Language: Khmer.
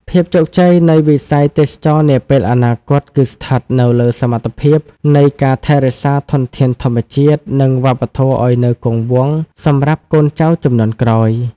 ភាពជោគជ័យនៃវិស័យទេសចរណ៍នាពេលអនាគត គឺស្ថិតនៅលើសមត្ថភាពនៃការថែរក្សាធនធានធម្មជាតិ និងវប្បធម៌ឱ្យនៅគង់វង្សសម្រាប់កូនចៅជំនាន់ក្រោយ។